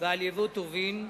ועל יבוא טובין)